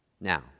Now